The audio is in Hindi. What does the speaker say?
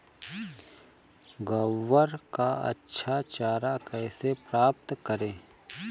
ग्वार का अच्छा चारा कैसे प्राप्त करें?